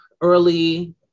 early